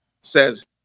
says